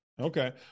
Okay